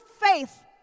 faith